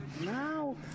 Now